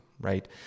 right